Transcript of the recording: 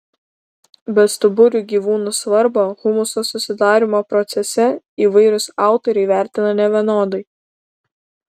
bestuburių gyvūnų svarbą humuso susidarymo procese įvairūs autoriai vertina nevienodai